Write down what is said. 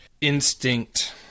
instinct